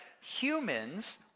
humans